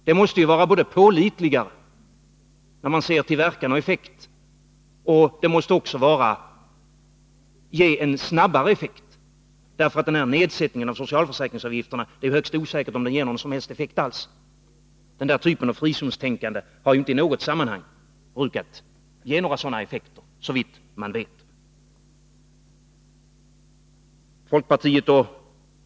Det måste vara både pålitligare, när man ser till verkan och effekt, och ge en snabbare effekt, därför att det är högst osäkert om den här nedsättningen av socialförsäkringsavgifterna ger någon som helst effekt. Den typen av frizonstänkande har inte i något sammanhang gett några sådana effekter, såvitt man vet.